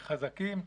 חזקים.